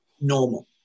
normal